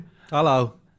Hello